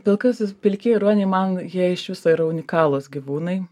pilkasis pilkieji ruoniai man jie iš viso yra unikalūs gyvūnai